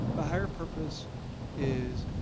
the higher purpose is,